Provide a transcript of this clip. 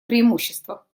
преимущество